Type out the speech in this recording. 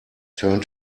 turn